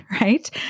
right